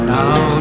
now